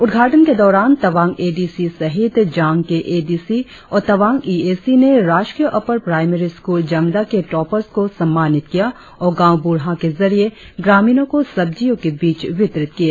उद्घाटन के दौरान तवांग ए डी सी सहित जांग के ए डी सी और तवांग इ ए सी ने राजकीय अपर प्राइमेरी स्कूल जंगदा के टॉपरस को सम्मानित किया और गांव ब्रढ़ा के जरिए ग्रामीणों को सब्जियों के बीच वितरित किए